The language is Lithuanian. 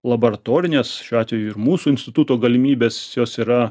laboratorinės šiuo atveju ir mūsų instituto galimybės jos yra